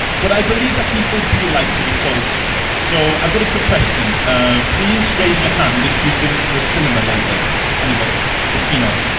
but i believe that people do like to be sold to. so i've got a quick question um please raise your hand if you've been to the cinema lately and but kino.